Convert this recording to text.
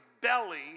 belly